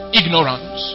ignorance